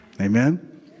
Amen